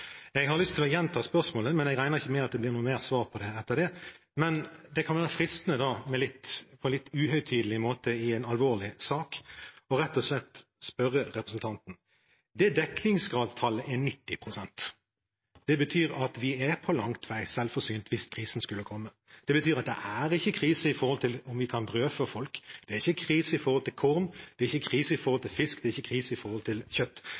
Jeg har lyst til å gjenta spørsmålet, men jeg regner ikke med at det blir noe mer svar på det etter det. Men det kan være fristende, på en litt uhøytidelig måte i en alvorlig sak, rett og slett å spørre representanten Sandtrøen: Dekningsgradstallet er 90 pst. Det betyr at vi er langt på vei selvforsynt hvis krisen skulle komme. Det betyr at det er ikke krise med hensyn til om vi kan brødfø folk. Det er ikke krise med hensyn til korn, det er ikke krise med hensyn til fisk, det er ikke krise med hensyn til kjøtt.